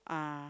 uh